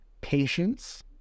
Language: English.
patience